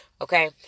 Okay